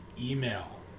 email